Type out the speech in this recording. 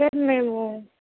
sir మేము